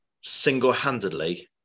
single-handedly